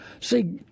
See